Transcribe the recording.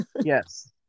Yes